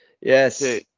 Yes